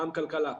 פעם כלכלה,